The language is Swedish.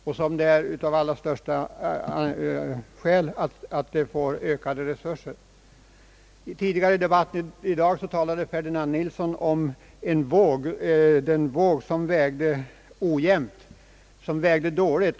Det är därför den allra största anledning att ge institutet ökade resurser. I en tidigare debatt i dag talade herr Ferdinand Nilsson om en våg som väger ojämnt.